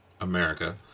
America